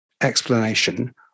explanation